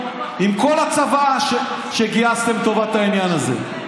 עם כל הצבא שגייסתם לטובת העניין הזה.